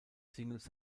singles